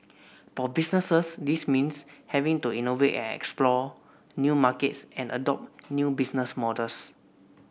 for businesses this means having to innovate and explore new markets and adopt new business models